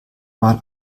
mal